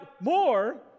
more